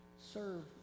Serve